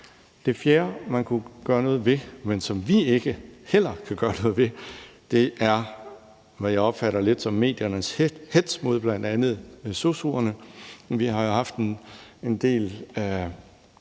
Det fjerde, man kunne gøre noget ved, men som vi heller ikke kan gøre noget ved, er, hvad jeg opfatter lidt som mediernes hetz mod bl.a. sosu'erne. Vi har jo haft en del